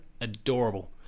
adorable